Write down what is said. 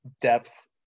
depth